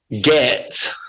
get